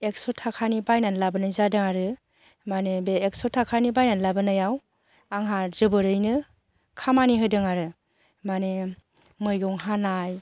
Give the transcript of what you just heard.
एकश' थाखानि बायनानै लाबोनाय जादों आरो मानि बे एकश' थाखानि बायनानै लाबोनायाव आंहा जोबोरैनो खामानि होदों आरो मानि मैगं हानाय